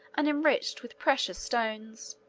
and enriched with precious stones.